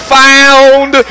found